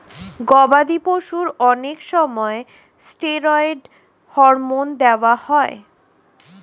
গবাদি পশুর অনেক সময় স্টেরয়েড হরমোন দেওয়া হয়